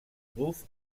trouve